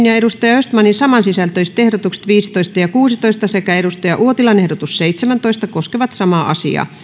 ja peter östmanin samansisältöiset ehdotukset viisitoista ja kuusitoista sekä kari uotilan ehdotus seitsemäntoista koskevat samaa